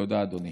תודה, אדוני.